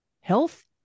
health